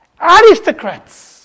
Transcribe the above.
aristocrats